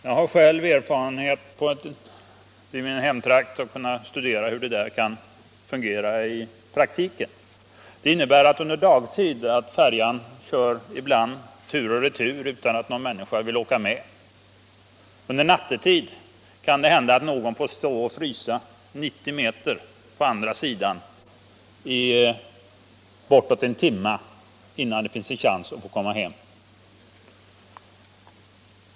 Jag har själv i min hemtrakt kunnat studera hur detta kan fungera i praktiken. Det innebär under dagtid att färjan ibland kör tur och retur utan att någon människa vill åka med. Nattetid kan det hända att man får stå och frysa 90 meter bort på den andra sidan sundet i bortåt en timme innan man har en chans att komma hem.